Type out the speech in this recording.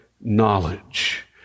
knowledge